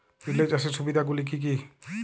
Relay চাষের সুবিধা গুলি কি কি?